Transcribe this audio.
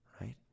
right